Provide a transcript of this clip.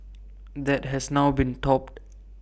that has now been topped